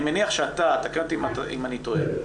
אני מניח שאתה ותקן אותי אם אני טועה,